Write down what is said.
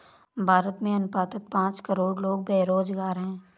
भारत में अनुमानतः पांच करोड़ लोग बेरोज़गार है